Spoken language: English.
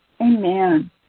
Amen